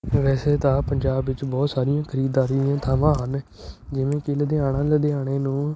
ਵੈਸੇ ਤਾਂ ਪੰਜਾਬ ਵਿੱਚ ਬਹੁਤ ਸਾਰੀਆਂ ਖਰੀਦਦਾਰੀ ਦੀਆਂ ਥਾਵਾਂ ਹਨ ਜਿਵੇਂ ਕਿ ਲੁਧਿਆਣਾ ਲੁਧਿਆਣੇ ਨੂੰ